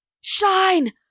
Shine